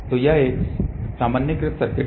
तो यह एक सामान्यीकृत सर्किट है